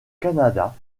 canada